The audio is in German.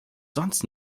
sonst